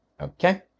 Okay